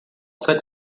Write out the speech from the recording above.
set